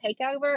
Takeover